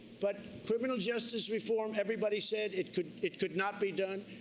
but criminal justice reform, everybody said it could it could not be done.